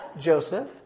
Joseph